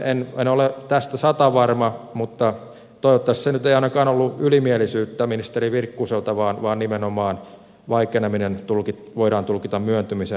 en ole tästä satavarma mutta toivottavasti se nyt ei ainakaan ollut ylimielisyyttä ministeri virkkuselta vaan vaikeneminen voidaan nimenomaan tulkita myöntymisen merkiksi